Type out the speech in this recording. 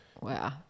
wow